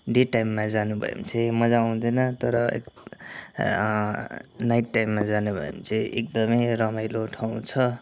day टाइममा जानु भयो भने पनि मज्जा आउँदैन तर नाइट टाइममा जानु भयो भने चाहिँ एकदमै रमाइलो ठाउँ छ